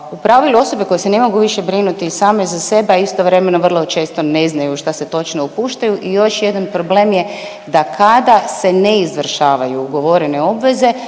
u pravilu osobe koje se ne mogu više brinuti same za sebe, a istovremeno vrlo često ne znaju u šta se točno upuštaju. I još jedan problem je da kada se ne izvršavaju ugovorene obveze